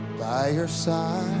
by your side